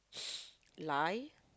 lie